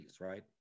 right